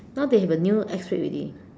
now they have a new X rate already